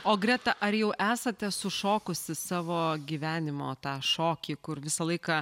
o greta ar jau esate sušokusi savo gyvenimo tą šokį kur visą laiką